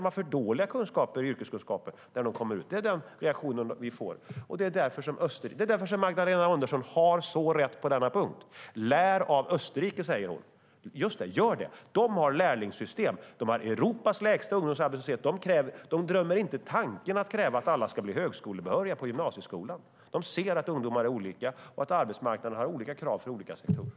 De tycker att eleverna har för dåliga yrkeskunskaper när de kommer ut. Det är den reaktion som vi får. Det är därför Magdalena Andersson har så rätt på denna punkt. Lär av Österrike! säger hon. Just det, gör det! De har lärlingssystem. De har Europas lägsta ungdomsarbetslöshet. De har inte en tanke på att kräva att alla på gymnasieskolan ska bli högskolebehöriga. De ser att ungdomar är olika och att arbetsmarknaden har olika krav för olika sektorer.